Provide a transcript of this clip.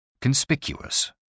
Conspicuous